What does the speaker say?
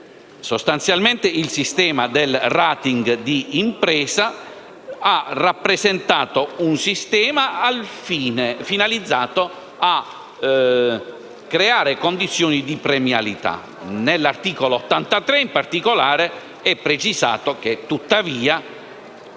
Sostanzialmente il sistema del*rating* di impresa ha rappresentato un sistema finalizzato a creare condizioni di premialità. Nell'articolo 83, in particolare, è precisato che tuttavia